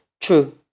True